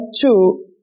two